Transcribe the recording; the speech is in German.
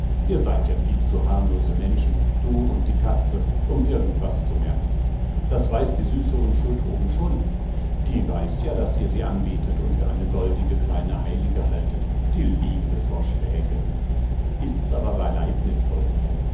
ihr seid ja viel zu harmlose menschen du und die katzel um irgend was zu merken das weiß die süße unschuld oben schon die weiß ja daß ihr sie anbetet und für eine goldige kleine heilige haltet die liebe frau schwägerin ist's aber beileib net poldl